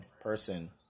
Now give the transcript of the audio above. person